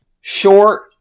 Short